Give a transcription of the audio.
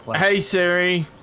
hey, siri,